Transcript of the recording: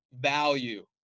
value